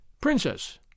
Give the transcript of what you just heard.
Princess